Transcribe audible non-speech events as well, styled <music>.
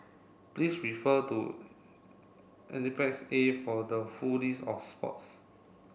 please refer to <unintelligible> A for the full list of sports